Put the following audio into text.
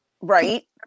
Right